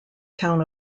town